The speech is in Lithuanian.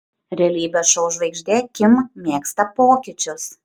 realybės šou žvaigždė kim mėgsta pokyčius